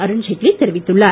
அருண்ஜேட்லி தெரிவித்துள்ளார்